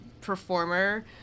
performer